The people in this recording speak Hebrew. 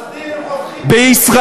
הפלסטינים חוסכים במים.